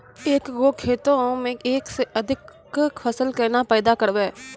एक गो खेतो मे एक से अधिक फसल केना पैदा करबै?